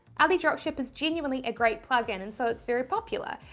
alidropship is genuinely a great plug-in and so it's very popular.